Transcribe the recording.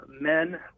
men